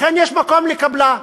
לכן יש מקום לקבלה.